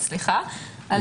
אני